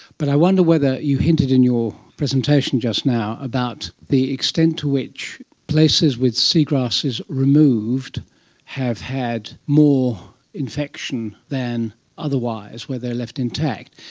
but i wonder whether, you hinted in your presentation just now about the extent to which places with seagrasses removed have had more infection than otherwise, where they are left intact.